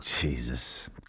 Jesus